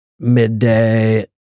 midday